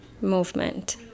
movement